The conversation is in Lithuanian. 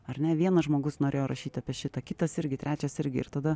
ar ne vienas žmogus norėjo rašyti apie šitą kitas irgi trečias irgi ir tada